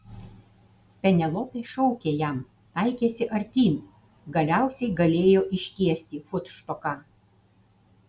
penelopė šaukė jam taikėsi artyn galiausiai galėjo ištiesti futštoką